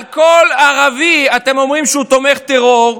על כל ערבי אתם אומרים שהוא תומך טרור,